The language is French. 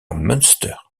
münster